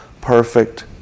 perfect